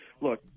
look